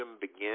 begin